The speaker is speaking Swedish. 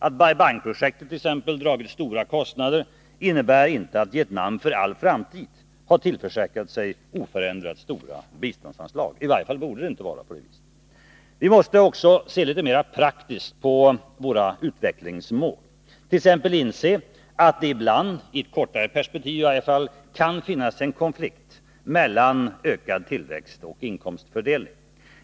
Att Bai Bang-projektet t.ex. dragit stora kostnader innebär inte att Vietnam för all framtid har tillförsäkrat sig oförändrat stora biståndsanslag — i varje fall borde det inte vara så. Vi måste också se litet mer praktiskt på våra utvecklingsmål. Vi måste t.ex. inse att det ibland, i varje fall i ett kortare perspektiv, kan finnas en konflikt mellan ökad tillväxt och inkomstfördelning.